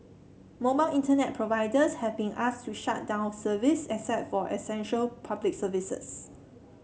mobile Internet providers have been asked to shut down service except for essential Public Services